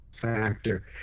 factor